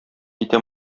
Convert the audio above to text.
китә